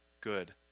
good